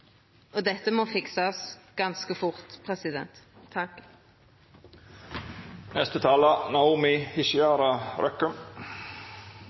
og dette må fiksast ganske fort.